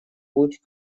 путь